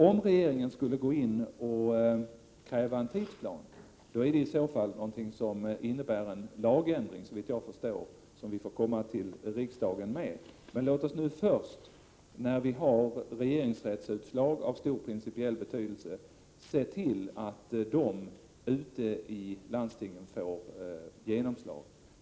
Om regeringen skulle gå in och kräva en tidsplan, skulle det i så fall, såvitt jag kan förstå, innebära att riksdagen måste besluta om en lagändring. Låt oss först, när vi har regeringsrättsutslag av stor principiell betydelse, se till att de ute i landstingen får genomslag.